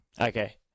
Okay